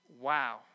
wow